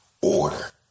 order